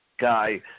guy